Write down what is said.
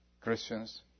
Christians